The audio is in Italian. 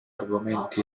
argomenti